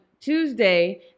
Tuesday